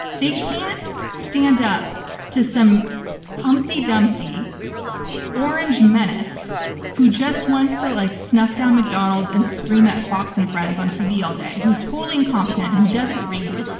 they can't stand up to some humpty dumpty orange menace who just wants to like snuff down mcdonald's and scream at fox and friends on tv all day? who's totally incompetent, who doesn't read,